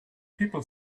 people